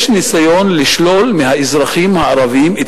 יש ניסיון לשלול מהאזרחים הערבים את